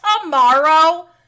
tomorrow